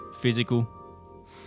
physical